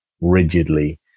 rigidly